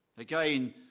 again